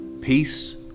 peace